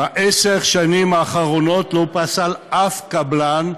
בעשר השנים האחרונות לא פסל אף קבלן,